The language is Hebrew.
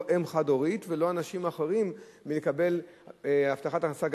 לא אם חד-הורית ולא אנשים אחרים מלקבל הבטחת הכנסה,